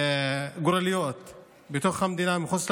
גורליות בתוך המדינה, מחוץ למדינה,